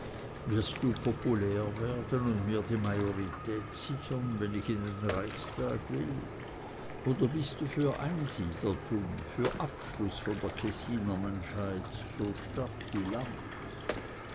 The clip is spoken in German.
wirst du populär werden und mir die majorität sichern wenn ich in den reichstag will oder bist du für einsiedlertum für abschluß von der kessiner menschheit so stadt wie land